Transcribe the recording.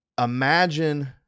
imagine